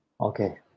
Okay